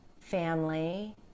family